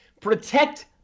protect